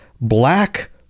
Black